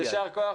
יישר כוח.